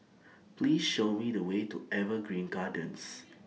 Please Show Me The Way to Evergreen Gardens